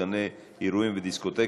גני אירועים ודיסקוטקים),